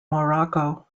morocco